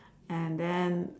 and then